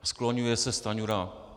Skloňuje se Stanjura.